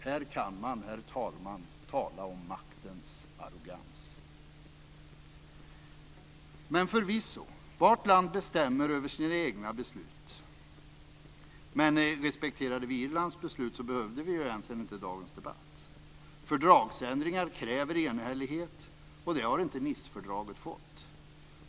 Här kan man, herr talman, tala om maktens arrogans. Förvisso bestämmer varje land över sina egna beslut. Men respekterade vi Irlands beslut behövde vi egentligen inte dagens debatt. Fördragsändringar kräver enhällighet, och det har inte Nicefördraget fått.